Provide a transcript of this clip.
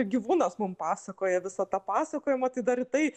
gyvūnas mum pasakoja visą tą pasakojimą tai dar tai